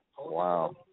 Wow